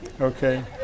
Okay